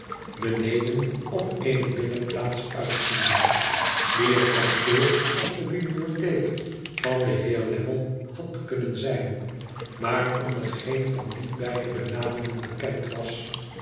beneden op eene binnenplaats uitziende die het kantoor of le bibliotheek van den heer lammie had kunnen zijn maar onder geen van die beide benamingen bekend was